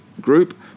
Group